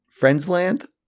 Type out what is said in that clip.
Friendsland